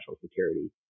security